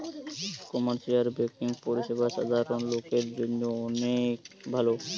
commercial banking পরিষেবা সাধারণ লোকের জন্য অনেক ভালো